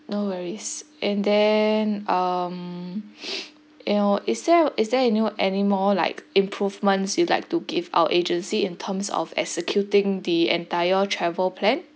no worries and then um you know is there is there any any more like improvements you'd like to give our agency in terms of executing the entire travel plan